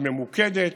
היא ממוקדת,